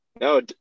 No